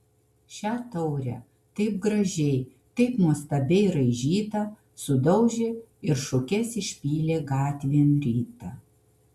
šią taurę taip gražiai taip nuostabiai raižytą sudaužė ir šukes išpylė gatvėn rytą